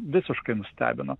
visiškai nustebino